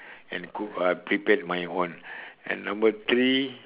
and cook uh prepare my own and number three